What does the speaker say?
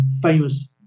famous